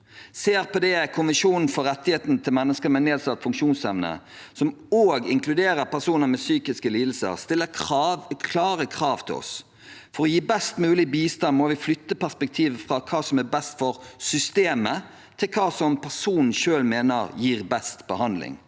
CRPD, konvensjonen for rettighetene til mennesker med nedsatt funksjonsevne, som også inkluderer personer med psykiske lidelser, stiller klare krav til oss. For å gi best mulig bistand må vi flytte perspektivet fra hva som er best for systemet, til hva personen selv me